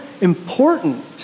important